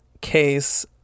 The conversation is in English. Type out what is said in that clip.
Case